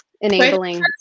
Enabling